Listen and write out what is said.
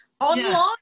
online